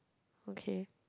okay